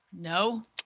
No